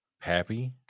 Pappy